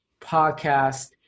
Podcast